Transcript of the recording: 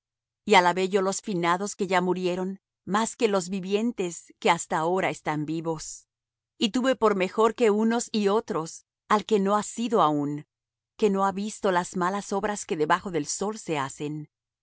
y alabé yo los finados que ya murieron más que los vivientes que hasta ahora están vivos y tuve por mejor que unos y otros al que no ha sido aún que no ha visto las malas obras que debajo del sol se hacen